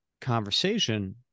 conversation